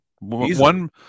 one